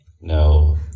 no